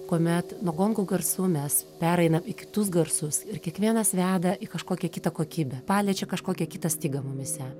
kuomet nuo gongo garsų mes pereiname į kitus garsus ir kiekvienas veda į kažkokią kitą kokybę paliečia kažkokią kitą stygą mumyse